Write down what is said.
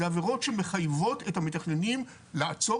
אלו עבירות שמחייבות את המתכננים לעצור